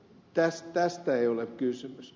tästä ei ole kysymys